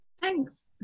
Thanks